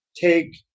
take